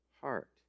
heart